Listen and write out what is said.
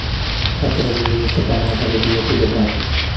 ಭತ್ತದ ಬೆಳಿಗೆ ಎಷ್ಟ ಪ್ರಮಾಣದಾಗ ಡಿ.ಎ.ಪಿ ಗೊಬ್ಬರ ಹಾಕ್ಬೇಕ?